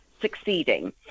succeeding